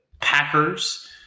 Packers